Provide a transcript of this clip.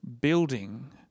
building